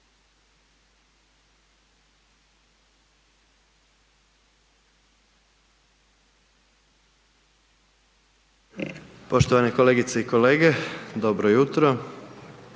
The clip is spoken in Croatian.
poštovane kolegice i kolege, evo ja